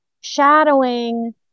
shadowing